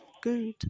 good